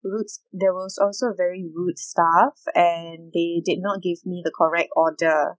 rude they were also very rude staff and they did not give me the correct order